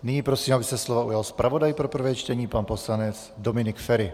Nyní prosím, aby se slova ujal zpravodaj pro prvé čtení pan poslanec Dominik Feri.